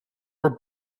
were